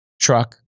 truck